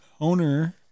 Owner